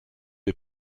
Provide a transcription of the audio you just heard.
est